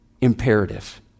imperative